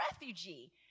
refugee